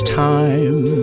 time